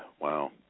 wow